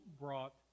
brought